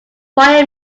fire